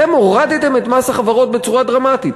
אתם הורדתם את מס החברות בצורה דרמטית,